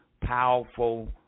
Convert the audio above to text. powerful